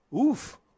oof